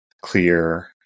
clear